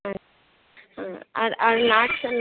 আচ্ছা আর আর নার্স আর